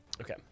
Okay